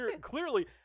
clearly